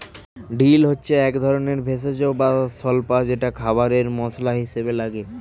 deal মানে হচ্ছে একধরনের ভেষজ বা স্বল্পা যেটা খাবারে মসলা হিসেবে লাগে